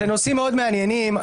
אלה נושאים מאוד מעניינים.